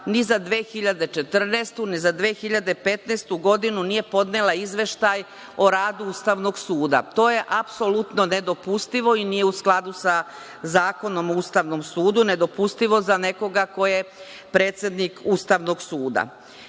ni za 2014, ni za 2015. godinu nije podnela izveštaj o radu Ustavnog suda. To je apsolutno nedopustivo i nije u skladu sa Zakonom o ustavnom sudu, nedopustivo za nekoga ko je predsednik Ustavnog suda.O